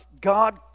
God